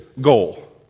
goal